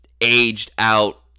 aged-out